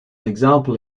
example